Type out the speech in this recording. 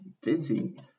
busy